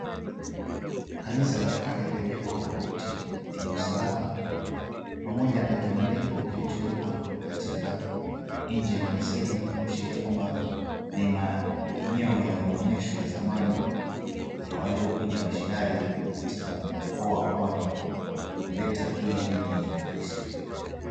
Kanisa la kale lililojengwa kwa makuti yenye msalaba pamoja na kibandiko kilichowekwa katika nje ya kanisa hili kuashiria kwamba ni maeneo ya maonyesho ya zamani ya waliyokuja misionari katika mkoa wa pwani kuleta hii dini ya kikristo.